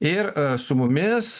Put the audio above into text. ir su mumis